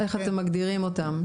איך אתם מגדירים אותן?